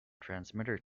transmitter